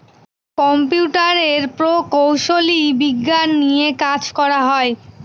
কম্পিউটারের প্রকৌশলী বিজ্ঞান দিয়ে কাজ করা হয়